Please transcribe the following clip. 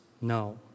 No